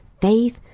faith